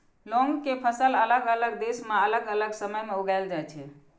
लौंग के फसल अलग अलग देश मे अलग अलग समय मे उगाएल जाइ छै